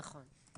נכון.